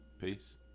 Peace